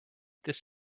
this